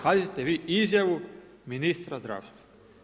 Pazite vi izjavu ministra zdravstva.